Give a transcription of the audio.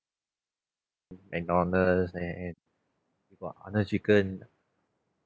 mcdonald's and what other chicken